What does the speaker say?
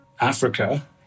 Africa